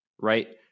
right